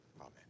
Amen